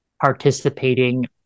participating